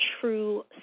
true